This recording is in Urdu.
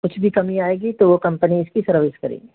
کچھ بھی کمی آئے گی تو وہ کمپنی اس کی سروس کرے گی